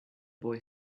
boy